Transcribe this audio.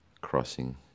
crossing